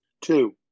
Two